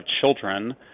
children